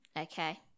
okay